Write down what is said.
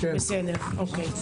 בסדר, אוקיי.